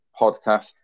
podcast